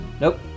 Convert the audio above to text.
Nope